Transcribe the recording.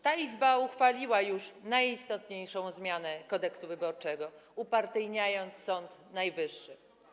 Ta Izba uchwaliła już najistotniejszą zmianę Kodeksu wyborczego, upartyjniając Sąd Najwyższy.